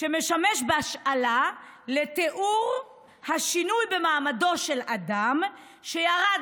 שמשמש בהשאלה לתיאור השינוי במעמדו של אדם שירד